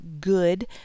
good